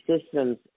systems